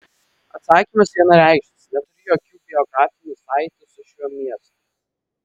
atsakymas vienareikšmis neturiu jokių biografinių saitų su šiuo miestu